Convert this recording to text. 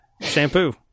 Shampoo